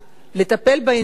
לטפל בעניין,